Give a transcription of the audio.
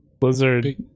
Blizzard